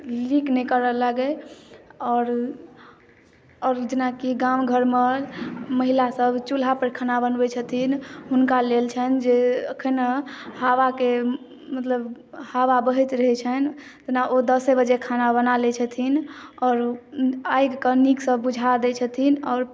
leak नहि करए लागै आओर जेनाकी गाम घर मे महिला सब चूल्हा पर खाना बनबै छथिन हुनका लेल छनि जे अखन हावा के मतलब हावा बहैत रहै छनि जेना ओ दसे बजे खाना बना लै छथिन आओर आगि के नीक सँ बुझा दै छथिन आओर